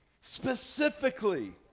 specifically